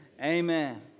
amen